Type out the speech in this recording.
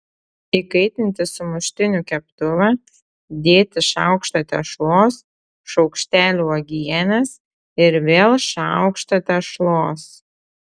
įkaitinti sumuštinių keptuvą dėti šaukštą tešlos šaukštelį uogienės ir vėl šaukštą tešlos